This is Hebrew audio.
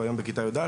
והוא היום בכיתה י"א,